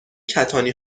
کتانی